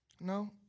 No